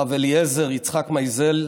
הרב אליעזר יצחק מייזל,